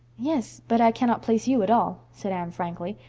yes but i cannot place you at all, said anne, frankly.